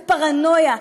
בפרנויה,